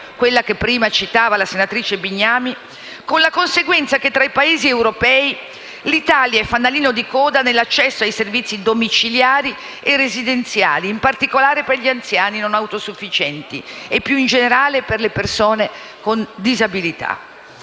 term care*, prima citata dalla senatrice Bignami, con la conseguenza che l'Italia è fanalino di coda tra i Paesi europei nell'accesso ai servizi domiciliari e residenziali, in particolare per gli anziani non autosufficienti e, più in generale, per le persone con disabilità.